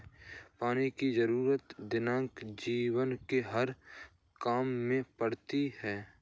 पानी की जरुरत दैनिक जीवन के हर काम में पड़ती है